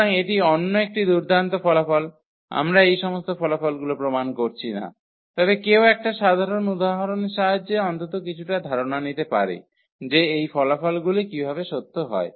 সুতরাং এটি অন্য একটি দুর্দান্ত ফলাফল আমরা এই সমস্ত ফলাফলগুলো প্রমাণ করছি না তবে কেউ একটা সাধারণ উদাহরণের সাহায্যে অন্তত কিছুটা ধারণা নিতে পারে যে এই ফলাফলগুলি কীভাবে সত্য হয়